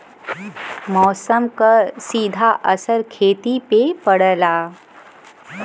मौसम क सीधा असर खेती पे पड़ेला